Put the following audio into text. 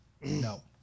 No